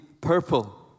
purple